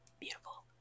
Beautiful